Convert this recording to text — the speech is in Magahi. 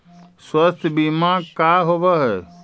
स्वास्थ्य बीमा का होव हइ?